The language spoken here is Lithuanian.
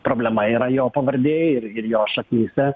problema yra jo pavardė ir ir jo šaknyse